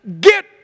get